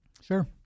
Sure